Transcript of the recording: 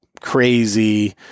crazy